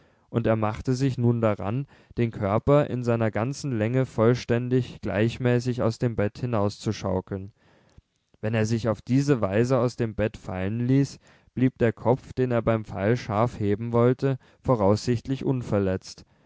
und er machte sich nun daran den körper in seiner ganzen länge vollständig gleichmäßig aus dem bett hinauszuschaukeln wenn er sich auf diese weise aus dem bett fallen ließ blieb der kopf den er beim fall scharf heben wollte voraussichtlich unverletzt